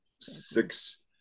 six